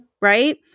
right